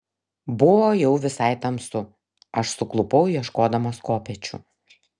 buvo jau visai tamsu aš suklupau ieškodamas kopėčių